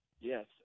Yes